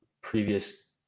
previous